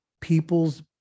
people's